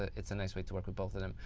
it's a nice way to work with both of them,